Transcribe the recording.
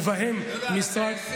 ובהם משרד,